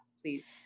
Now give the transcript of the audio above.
please